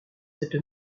cette